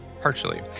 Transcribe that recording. partially